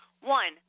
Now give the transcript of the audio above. One